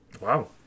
Wow